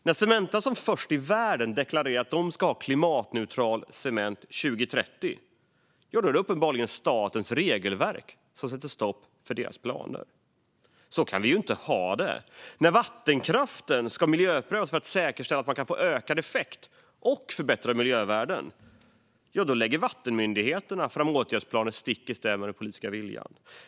När Cementa som först i världen deklarerar att man ska ha klimatneutral cement 2030 är det uppenbarligen statens regelverk som sätter stopp för deras planer. Så kan vi inte ha det. När vattenkraften ska miljöprövas för att säkerställa en ökad effekt och förbättrade miljövärden lägger vattenmyndigheterna fram åtgärdsplaner stick i stäv med den politiska viljan.